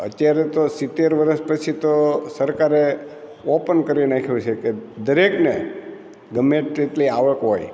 અત્યારે તો સિત્તેર વર્ષ પછી તો સરકારે ઓપન કરી નાખ્યું છે કે દરેકને ગમે તેટલી આવક હોય